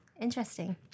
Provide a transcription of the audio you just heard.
Interesting